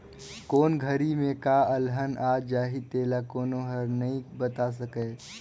कोन घरी में का अलहन आ जाही तेला कोनो हर नइ बता सकय